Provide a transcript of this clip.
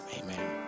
Amen